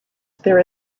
there